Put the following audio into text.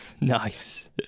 Nice